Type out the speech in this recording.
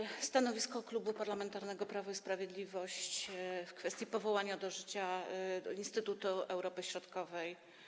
Przedstawię stanowisko Klubu Parlamentarnego Prawo i Sprawiedliwość w kwestii powołania do życia Instytutu Europy Środkowej.